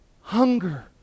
hunger